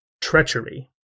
Treachery